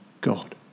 God